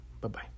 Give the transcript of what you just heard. Bye-bye